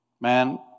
Man